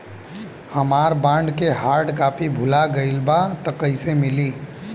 हमार बॉन्ड के hard copy भुला गएलबा त कैसे मिली?